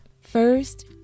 First